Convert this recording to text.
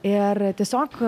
ir tiesiog